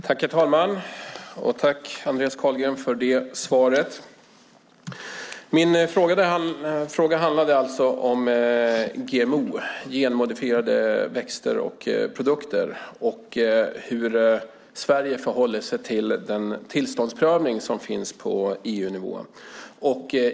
Herr talman! Tack, Andreas Carlgren, för det svaret! Min fråga handlade alltså om GMO, genmodifierade växter och produkter, och hur Sverige förhåller sig till den tillståndsprövning som finns på EU-nivå.